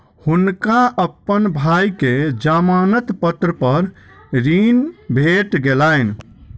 हुनका अपन भाई के जमानत पत्र पर ऋण भेट गेलैन